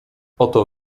oto